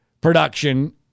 production